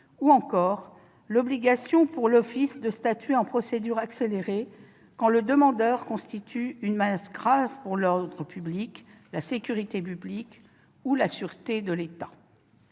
que l'obligation pour l'Office de statuer en procédure accélérée quand le demandeur constitue une menace grave pour l'ordre public, la sécurité publique ou la sûreté de l'État.